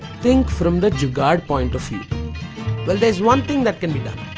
think from the jugaad point of view! well, there is one thing that can be done.